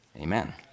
Amen